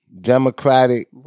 Democratic